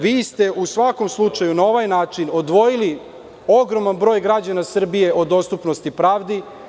Vi ste u svakom slučaju na ovaj način odvoji ogroman broj građana Srbije od dostupnosti pravdi.